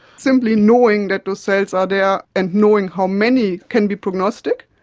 simply knowing that those cells are there and knowing how many can be prognostic.